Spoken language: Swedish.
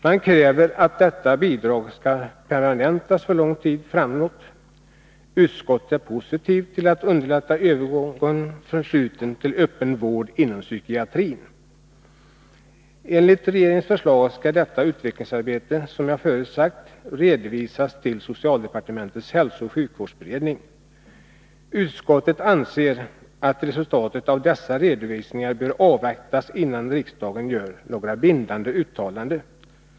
Man kräver att detta bidrag skall permanentas för lång tid framåt. Utskottet är positivt till att underlätta övergången från sluten till öppen vård inom psykiatrin. Enligt regeringens förslag skall detta utvecklingsarbete, som jag sade förut, redovisas till socialdepartementets hälsooch sjukvårdsberedning. Utskottet anser att resultatet av dessa redovisningar bör avvaktas, innan riksdagen gör några bindande uttalanden.